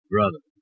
Brother